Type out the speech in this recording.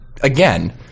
Again